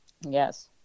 yes